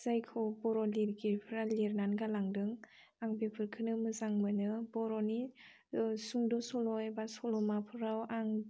जायखौ बर लिरगिरिफ्रा लिरनानै गालांदों आं बेफोरखोनो मोजां मोनो बर'नि सुंद' सल' एबा सल'माफोराव आं